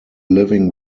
living